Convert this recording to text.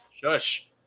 Shush